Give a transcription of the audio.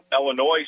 illinois